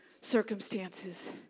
circumstances